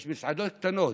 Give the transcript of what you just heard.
יש מסעדות קטנות.